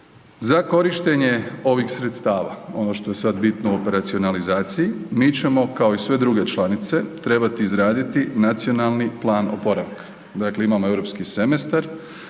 Za korištenje ovih sredstava, ono što je sad bitno u operacionalizaciji, mi ćemo kao i sve druge članice trebati izraditi nacionalni plan oporavka, dakle imamo Europski semestar,